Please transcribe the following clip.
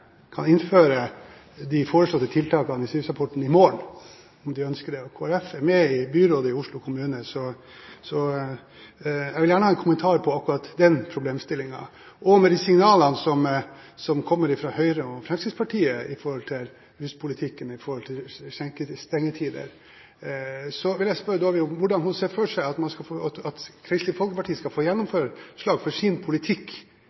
kan innføre de foreslåtte tiltakene i SIRUS-rapporten i morgen om de ønsker det. Kristelig Folkeparti er med i byrådet i Oslo kommune, så jeg vil gjerne ha en kommentar til akkurat den problemstillingen med hensyn til de signalene som kommer fra Høyre og Fremskrittspartiet om ruspolitikken og stengetider. Jeg vil spørre representanten Dåvøy om hvordan hun ser for seg at Kristelig Folkeparti skal få gjennomslag for sin politikk